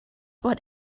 what